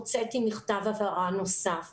הוצאתי מכתב הבהרה נוסף שאומר: